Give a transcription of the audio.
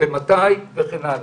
אסור שזה יקרה.